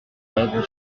brèves